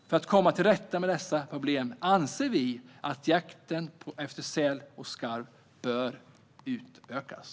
För att komma till rätta med dessa problem anser vi att jakten på säl och skarv bör utökas.